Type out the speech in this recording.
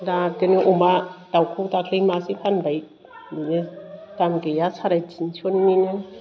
दा बिदिनो अमा दाउखौ दाख्लै मासे फानबाय दाम गैया साराय थिनस'निनो